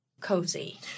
cozy